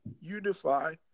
unify